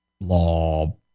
law